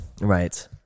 right